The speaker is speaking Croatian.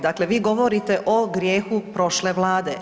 Dakle, vi govorite o grijehu prošle vlade.